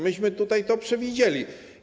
Myśmy tutaj to przewidzieli.